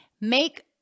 make